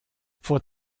vor